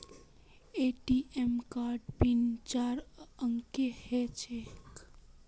ATM कार्डेर PIN चार अंकेर ह छेक